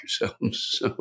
yourselves